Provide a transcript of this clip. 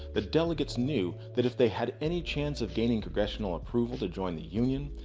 the delegates knew that if they had any chance of gaining congressional approval to join the union,